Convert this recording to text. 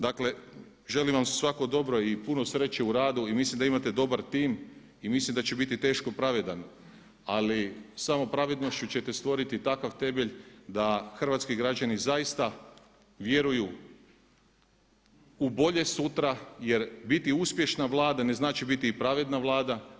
Dakle, želim vam svako dobro i puno sreće u radu i mislim da imate dobar tim i mislim da će biti teško pravedan, ali samo pravednošću ćete stvoriti takav temelj da hrvatski građani zaista vjeruju u bolje sutra jer biti uspješna vlada ne znači biti i pravedna vlada.